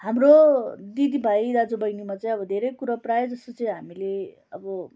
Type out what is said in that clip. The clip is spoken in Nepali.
हाम्रो दिदी भाइ दाजु बहिनीमा चाहिँ अब धेरै कुरो प्रायः जस्तो चाहिँ हामीले अब